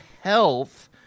health